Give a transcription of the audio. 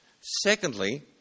Secondly